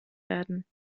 werden